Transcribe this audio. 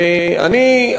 ואני,